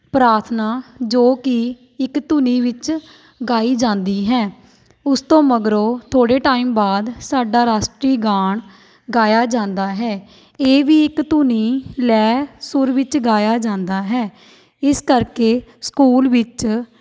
ਪ੍ਰਾਰਥਨਾ ਜੋ ਕੀ ਇੱਕ ਧੁਨੀ ਵਿੱਚ ਗਾਈ ਜਾਂਦੀ ਹੈ ਉਸ ਤੋਂ ਮਗਰੋਂ ਥੋੜ੍ਹੇ ਟਾਈਮ ਬਾਅਦ ਸਾਡਾ ਰਾਸ਼ਟਰੀ ਗਾਣ ਗਾਇਆ ਜਾਂਦਾ ਹੈ ਇਹ ਵੀ ਇੱਕ ਧੁਨੀ ਲੈ ਸੁਰ ਵਿੱਚ ਗਾਇਆ ਜਾਂਦਾ ਹੈ ਇਸ ਕਰਕੇ ਸਕੂਲ ਵਿੱਚ